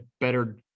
better